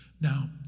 Now